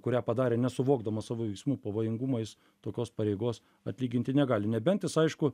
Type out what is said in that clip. kurią padarė nesuvokdamas savo veiksmų pavojingumo jis tokios pareigos atlyginti negali nebent jis aišku